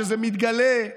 כשזה מתגלה,